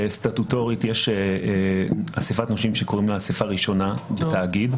סטטוטורית יש אסיפת נושים שקוראים לה אסיפה ראשונה בתאגיד.